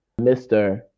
Mr